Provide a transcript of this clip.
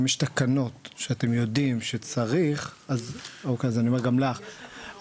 אם ישנן תקנות שאתם יודעים שצריך אז --- יש תקנות